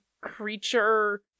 creature